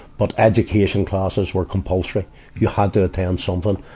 but education classes were compulsory you had to attend something,